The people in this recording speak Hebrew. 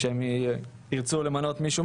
כשהם ירצו למנות מישהו,